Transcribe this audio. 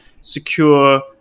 secure